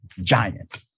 giant